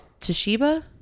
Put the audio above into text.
Toshiba